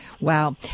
Wow